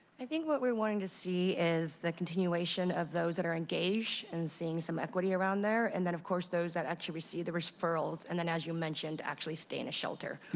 i think what we're wanting to see is the continuation of those that are engaged and seeing some equity around there and then, of course, those that actually receive the referrals, and as you mentioned actually stay in a shelter.